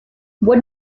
what